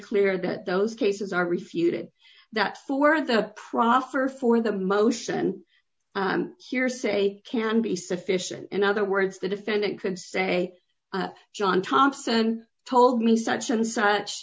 clear that those cases are refuted that for the proffer for the motion hearsay can be sufficient in other words the defendant can say john thompson told me such and such